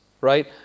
right